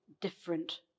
different